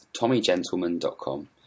tommygentleman.com